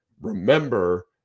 remember